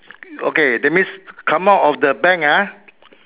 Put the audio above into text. okay that means come out of the bank ah